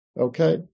Okay